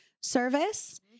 service